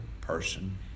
person